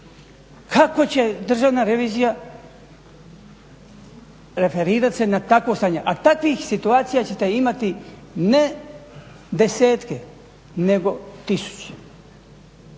Kako će Državna revizija referirati se na takvo stanje? A takvih situacija ćete imati ne desetke nego tisuće.